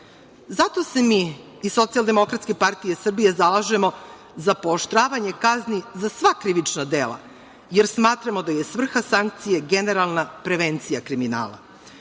Zato se mi iz Socijaldemokratske partije Srbije zalažemo za pooštravanje kazni za sva krivične dela, jer smatramo da je svrha sankcije generalna prevencija kriminala.